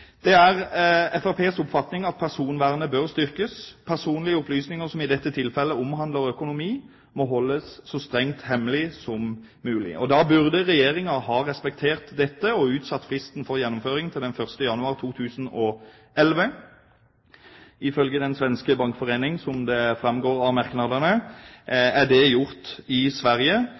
Det er Fremskrittspartiets oppfatning at personvernet bør styrkes. Personlige opplysninger, som i dette tilfellet omhandler økonomi, må holdes så strengt hemmelig som mulig, og da burde Regjeringen ha respektert dette og utsatt fristen for gjennomføring til den 1. januar 2011. Ifølge Svenska Bankföreningen, som det fremgår av merknadene, er det gjort i Sverige.